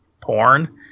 porn